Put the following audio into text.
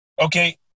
okay